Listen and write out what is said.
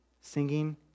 singing